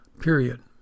period